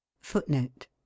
Footnote